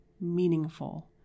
meaningful